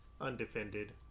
undefended